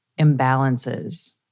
imbalances